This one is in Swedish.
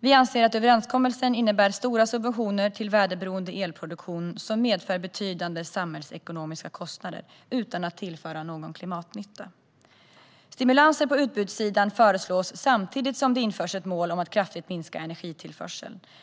Vi anser att överenskommelsen innebär stora subventioner till väderberoende elproduktion som medför betydande samhällsekonomiska kostnader utan att tillföra någon klimatnytta. Stimulanser på utbudssidan föreslås samtidigt som det införs ett mål om att kraftigt minska energitillförseln.